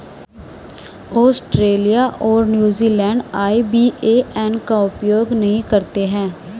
Australia और New Zealand IBAN का उपयोग नहीं करते हैं